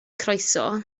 croeso